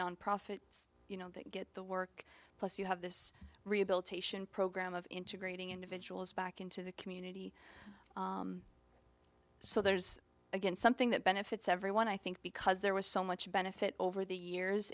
non profits you know that get the work plus you have this rehabilitation program of integrating individuals back into the community so there's again something that benefits everyone i think because there was so much benefit over the years